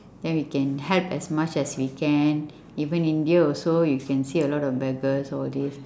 then we can help as much as we can even india also you can see a lot of beggars all these